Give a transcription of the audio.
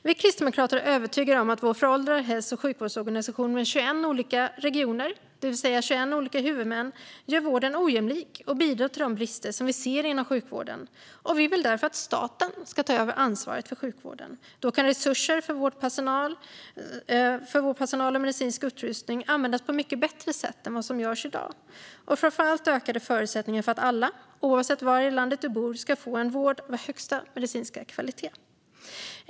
Vi kristdemokrater är övertygade om att vår föråldrade hälso och sjukvårdsorganisation med 21 olika regioner, det vill säga 21 olika huvudmän, gör vården ojämlik och bidrar till de brister som vi ser inom sjukvården. Vi vill därför att staten ska ta över ansvaret för sjukvården. Då kan resurser som vårdpersonal och medicinsk utrustning användas på ett mycket bättre sätt än vad som görs i dag. Och framför allt ökar förutsättningarna för att alla, oavsett var i landet de bor, ska få en vård av högsta medicinska kvalitet.